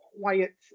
quiet